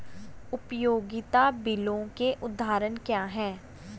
उपयोगिता बिलों के उदाहरण क्या हैं?